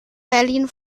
berlin